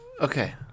okay